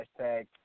hashtag